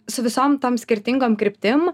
su visom tom skirtingom kryptim